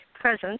presence